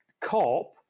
cop